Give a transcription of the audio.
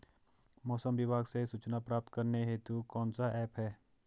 मौसम विभाग से सूचना प्राप्त करने हेतु कौन सा ऐप है?